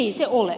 ei se ole